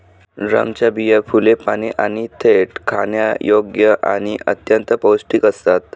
ड्रमच्या बिया, फुले, पाने आणि देठ खाण्यायोग्य आणि अत्यंत पौष्टिक असतात